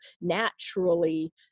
naturally